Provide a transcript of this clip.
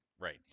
Right